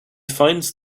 finds